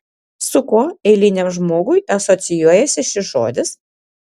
su kuo eiliniam žmogui asocijuojasi šis žodis